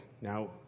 now